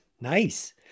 nice